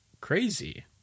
crazy